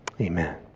amen